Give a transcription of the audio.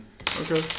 Okay